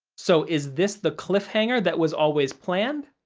so, is this the cliffhanger that was always planned,